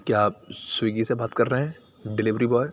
کیا آپ سویگی سے بات کر رہے ہیں ڈلیوری بوائے